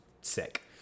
sick